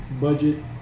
budget